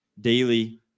daily